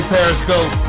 Periscope